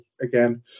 again